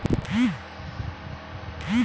national stock एक्सचेंजट तीन नया ला कंपनि अंकित हल छ